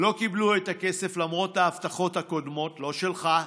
לא קיבלו את הכסף למרות ההבטחות הקודמות, לא שלך,